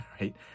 right